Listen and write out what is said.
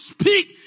speak